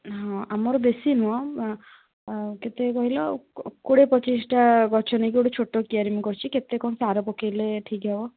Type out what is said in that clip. ହଁ ଆମର ବେଶୀ ନୁହଁ କେତେ କହିଲ କୋଡ଼ିଏ ପଚିଶିଟା ଗଛ ନେଇକି ଗୋଟେ ଛୋଟ କିଆରୀ ମୁଁ କରିଛି କେତେ କ'ଣ ସାର ପକାଇଲେ ଠିକ୍ ହେବ